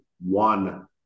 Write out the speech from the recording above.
one